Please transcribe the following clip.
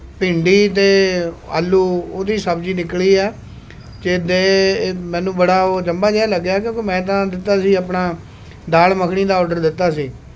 ਭਿੰਡੀ ਅਤੇ ਆਲੂ ਉਹਦੀ ਸਬਜ਼ੀ ਨਿਕਲੀ ਹੈ ਚੇ ਦੇ ਮੈਨੂੰ ਬੜਾ ਉਹ ਅਚੰਬਾ ਜਿਹਾ ਲੱਗਿਆ ਕਿਉਂਕਿ ਮੈਂ ਤਾਂ ਦਿੱਤਾ ਸੀ ਆਪਣਾ ਦਾਲ ਮੱਖਣੀ ਦਾ ਔਡਰ ਦਿੱਤਾ ਸੀ